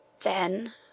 Then